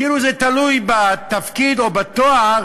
כאילו זה תלוי בתפקיד או בתואר